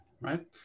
right